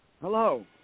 hello